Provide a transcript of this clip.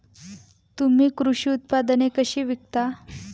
तुम्ही कृषी उत्पादने कशी विकता?